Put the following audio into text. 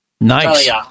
nice